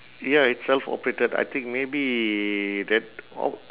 ya it's self-operated I think maybe that o~